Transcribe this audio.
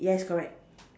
yes correct